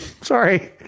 Sorry